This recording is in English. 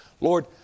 Lord